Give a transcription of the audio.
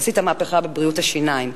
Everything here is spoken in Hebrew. עשית מהפכה בבריאות השיניים,